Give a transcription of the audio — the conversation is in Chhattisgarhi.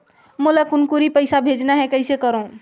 मोला कुनकुरी पइसा भेजना हैं, कइसे करो?